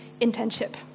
internship